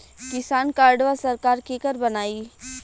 किसान कार्डवा सरकार केकर बनाई?